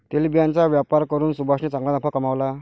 तेलबियांचा व्यापार करून सुभाषने चांगला नफा कमावला